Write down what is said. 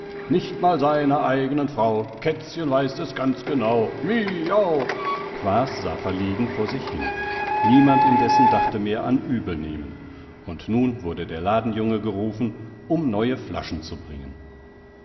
nicht mal seiner eignen frau kätzchen weiß es ganz genau miau quaas sah verlegen vor sich hin niemand indessen dachte mehr an übelnehmen und nun wurde der ladenjunge gerufen um neue flaschen zu bringen